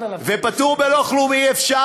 ופטור בלא כלום אי-אפשר.